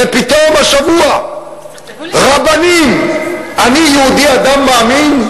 ופתאום השבוע רבנים, אני יהודי, אדם מאמין,